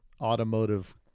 automotive